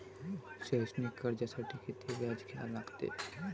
शैक्षणिक कर्जासाठी किती व्याज द्या लागते?